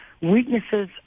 weaknesses